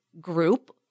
group